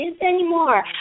anymore